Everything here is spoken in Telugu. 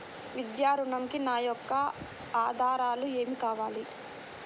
విద్యా ఋణంకి నా యొక్క ఆధారాలు ఏమి కావాలి?